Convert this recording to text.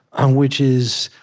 um which is,